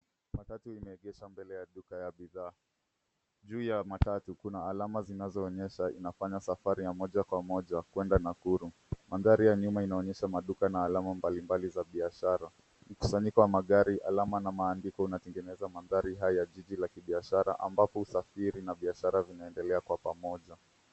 Matatu imeegeshwa mbele ya duka ya bidhaa. Juu ya matatu, kuna alama zinazoonyesha, inafanya safari ya moja kwa moja kuenda Nakuru. Mandhari ya nyuma inaonyesha maduka na alama mbalimbali za biashara. Mkusanyiko wa magari, alama na maandiko, unatengeneza mandhari haya ya jiji la kibiashara, ambapo usafiri na biashara vinaendelea kwa pamoja.